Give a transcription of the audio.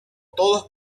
todos